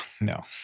No